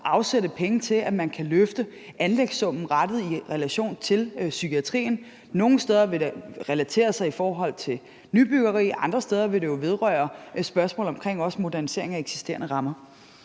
afsætte penge til, at man kan løfte anlægssummen i relation til psykiatrien. Nogle steder vil det relatere sig til nybyggeri, og andre steder vil det jo også vedrøre spørgsmål om modernisering af eksisterende rammer.